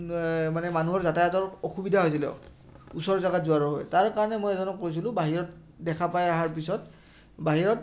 মানে মানুহৰ যাতায়াতৰ অসুবিধা হৈছিলে ওচৰ জেগাত যোৱাৰো হয় তাৰ কাৰণে মই এজনক কৈছিলোঁ বাহিৰত দেখা পাই অহাৰ পিছত বাহিৰত